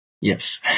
Yes